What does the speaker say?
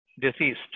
deceased